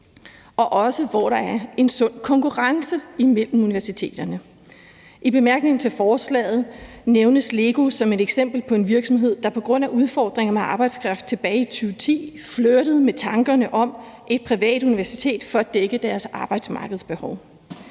og hvor der også er en sund konkurrence imellem universiteterne. I bemærkningerne til forslaget nævnes LEGO som et eksempel på en virksomhed, der på grund af udfordringer med arbejdskraft tilbage i 2010 flirtede med tankerne om et privat universitet for at dække deres behov